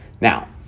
Now